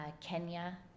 Kenya